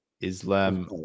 Islam